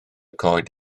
coed